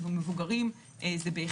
בין